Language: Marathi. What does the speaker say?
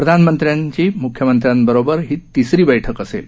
प्रधानमंत्र्यांची मुख्यमंत्र्यांबरोबर ही तिसरी बैठक असेल